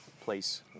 place